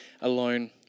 alone